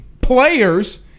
Players